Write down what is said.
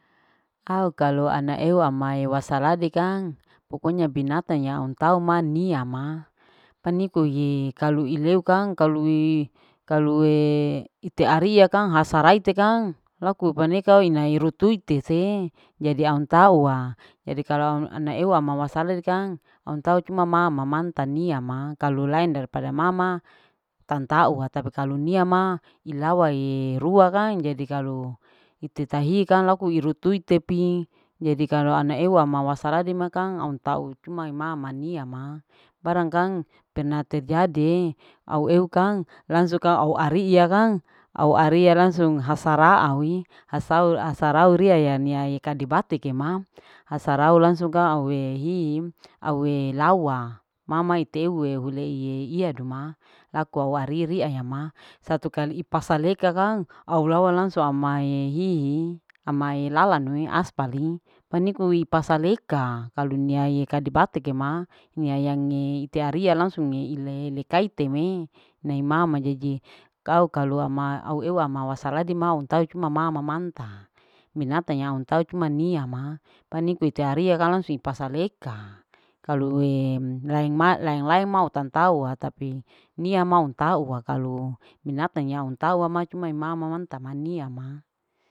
Au kalu ama wasaladi kang pokonya binatang yang nia ma paniko ye ma kalu ileu kang kalui kalue itearia kang hasarati kang laku paneka ina ohiru tute kange jadi amtaua jadi kalu ama eu ama wasadi kang amtau cuma mama amtau nia kang kalun lain daripada mama tantaua tapi kalu nia ma ilawae ruwa kang jadi kalu ite tahiye kang laku uhiru tute pi jadi kalu au eu ma wasaladi kang cuma imama niama bearang kang pernah terjadi aueu kang langsung kang au ariia kang au ariia langsung kang auariia langsung au saraa auii asau asarau ria ya miea kade batik ya mam asarau langsung aue him aue laua mama ite ue hule iye iya duma lako au wariria ya ma satu kali ipasaleka kang au lawa langdung ama hihi amae lala nue aspale paniko ipasa leka kalu niae kade batike ma nia yange ite aria langsuge ilele kaite me inae mama jadi kau kalu ama eu ama wasarita ladi ma untau ma. mama manta binatang yang untao cuma nia ma paniko ite aria kng langsung ipasa leka kalue laeng ma laeng. laeng ma utanta uwa tapi kalo binatang ya unta uama imama manta mania ma.